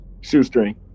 Shoestring